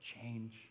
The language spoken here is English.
change